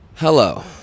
Hello